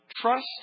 Trust